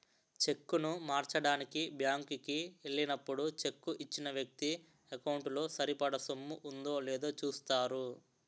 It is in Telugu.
చెక్కును మార్చడానికి బ్యాంకు కి ఎల్లినప్పుడు చెక్కు ఇచ్చిన వ్యక్తి ఎకౌంటు లో సరిపడా సొమ్ము ఉందో లేదో చూస్తారు